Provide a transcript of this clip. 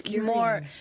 more